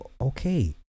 okay